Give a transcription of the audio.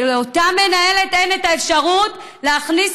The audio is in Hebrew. ולאותה מנהלת אין את האפשרות להכניס